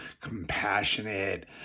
compassionate